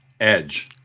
Edge